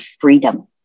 freedom